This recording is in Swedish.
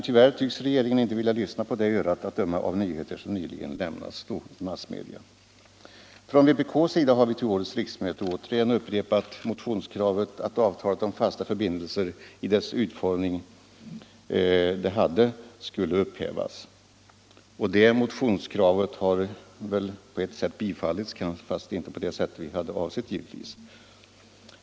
Tyvärr tycks regeringen inte vilja lyssna på det örat, att döma av nyheter som nyligen lämnats i massmedia. Från vpk:s sida har vi till årets riksmöte upprepat motionskravet att avtalet om fasta förbindelser i den utformning det hade skulle upphävas. Det motionskravet har på sätt och vis bifallits fastän kanske inte på det sätt som vi hade avsett.